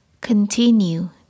Continue